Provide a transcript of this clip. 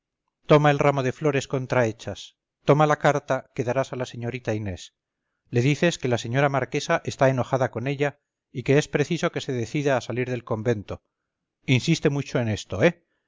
toma el ramo de flores contrahechas toma la carta que darás a la señorita inés le dices que la señora marquesa está enojada con ella y que es preciso que se decida a salir del convento insiste mucho en esto eh